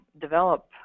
develop